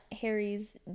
Harry's